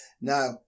Now